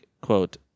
quote